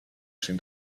sin